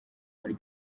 muri